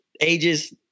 ages